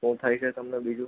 શું થાય છે તમને બીજું